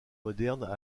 modernes